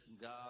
God